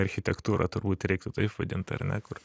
architektūra turbūt reiktų taip vadint ar ne kur